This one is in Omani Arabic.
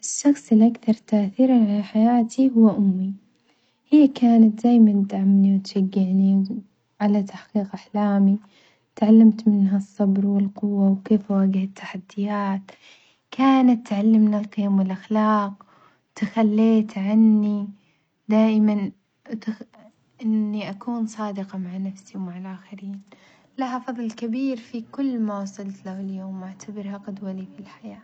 الشخص الأكثر تأثيرًا على حياتي هو أمي، هي كانت دايمًا تدعمني وتشجعني على تحقيق أحلامي، تعلمت منها الصبر والقوة وكيف واجهت تحديات كانت تعلمنا القيم والأخلاق تخليت عني دائمًا إني أكون صادقة مع نفسي ومع الآخرين، لها فظل كبير في كل ما وصلت له اليوم، أعتبرها قدوة لي في الحياة.